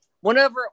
Whenever